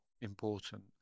important